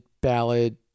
ballad